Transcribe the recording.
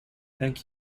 thank